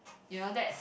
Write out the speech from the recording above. you know that